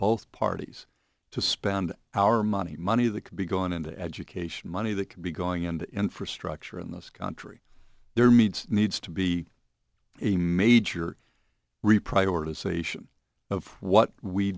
both parties to spend our money money that could be going into education money that could be going into infrastructure in this country their meets needs to be a major